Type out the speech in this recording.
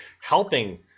helping